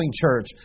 church